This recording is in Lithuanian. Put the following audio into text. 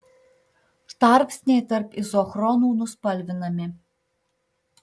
tarpsniai tarp izochronų nuspalvinami